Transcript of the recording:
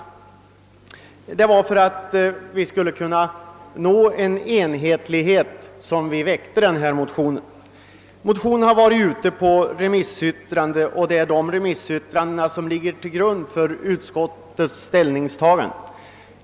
Anledningen till att vi väckte motionen var att vi ville åstadkomma enhetlighet. Motionen har varit ute på remiss, och det är remissyttrandena som ligger till grund för utskottets ställningstagande.